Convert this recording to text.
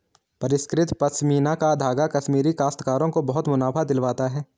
परिष्कृत पशमीना का धागा कश्मीरी काश्तकारों को बहुत मुनाफा दिलवाता है